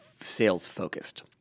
sales-focused